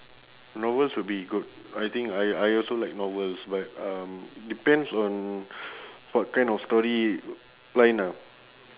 novels would be good I think I I also like novels but um depends on what kind of storyline ah